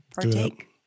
partake